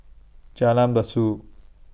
Jalan Besut